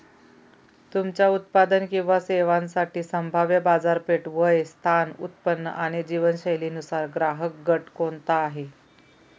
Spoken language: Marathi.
तुमच्या उत्पादन किंवा सेवांसाठी संभाव्य बाजारपेठ, वय, स्थान, उत्पन्न आणि जीवनशैलीनुसार ग्राहकगट कोणता आहे?